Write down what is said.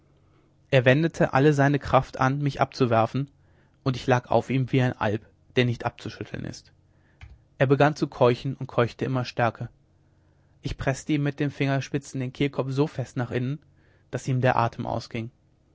er wendete alle seine kraft an mich abzuwerfen und ich lag auf ihm wie ein alp der nicht abzuschütteln ist er begann zu keuchen und keuchte immer stärker ich preßte ihm mit den fingerspitzen den kehlkopf so fest nach innen daß ihm der atem ausging